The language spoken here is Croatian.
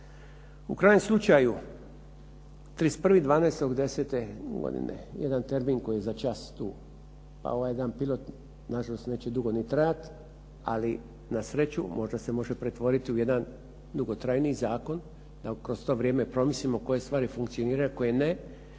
U krajnjem slučaju 31.12.2010. godine jedan termin koji je za čas tu, pa ovaj jedan pilot na žalost neće dugo ni trajat. Ali na sreću možda se može pretvoriti u jedan dugotrajniji zakon da kroz to vrijeme promislimo koje stvari funkcioniraju, a koje ne